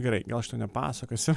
gerai gal šito nepasakosiu